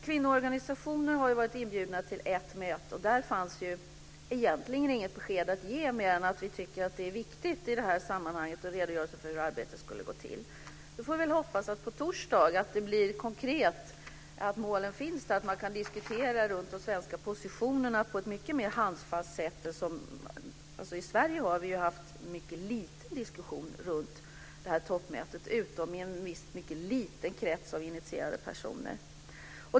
Kvinnoorganisationer har varit inbjudna till ett möte, och där fanns egentligen inget annat besked att ge än att vi tycker att det är viktigt att i detta sammanhang redogöra för hur arbetet ska gå till. Vi får väl hoppas att det på torsdag blir mera konkret, att målen kommer upp och att man diskuterar runt de svenska positionerna på ett mycket mer handfast sätt. Vi har i Sverige utom i en liten krets av initierade personer haft mycket lite av diskussion om toppmötet.